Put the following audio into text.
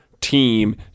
team